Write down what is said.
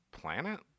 planet